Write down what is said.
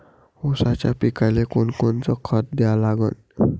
ऊसाच्या पिकाले कोनकोनचं खत द्या लागन?